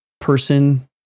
person